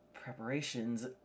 preparations